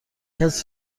کسی